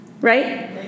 Right